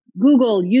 Google